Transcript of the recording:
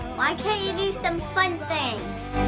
why can't you do some fun things?